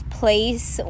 place